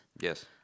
Yes